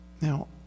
Now